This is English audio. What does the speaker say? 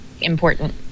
important